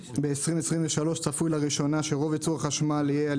וב-2023 צפוי לראשונה שרוב ייצור החשמל יהיה על